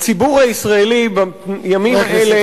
הציבור הישראלי בימים האלה,